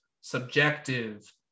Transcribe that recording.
subjective